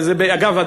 אגב,